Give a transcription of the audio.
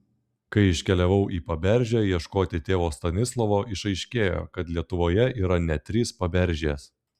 kai iškeliavau į paberžę ieškoti tėvo stanislovo išaiškėjo kad lietuvoje yra net trys paberžės